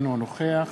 אינו נוכח